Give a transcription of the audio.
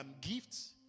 gifts